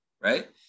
Right